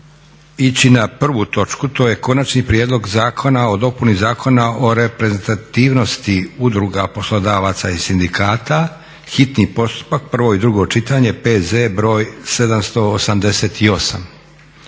ići na 1. točku: - Konačni prijedlog zakona o dopuni Zakona o reprezentativnosti udruga poslodavaca i sindikata, hitni postupak, prvo i drugo čitanje, P.Z. br. 788;